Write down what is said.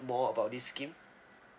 more about this scheme